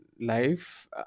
life